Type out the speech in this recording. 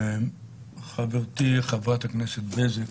חברתי חברת הכנסת בזק